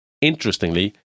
Interestingly